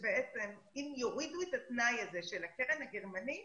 שאם יורידו את התנאי של הקרן הגרמנית